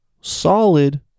solid